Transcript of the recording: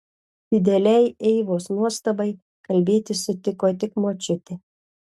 didelei eivos nuostabai kalbėti sutiko tik močiutė